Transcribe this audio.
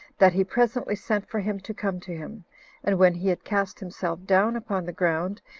that he presently sent for him to come to him and when he had cast himself down upon the ground,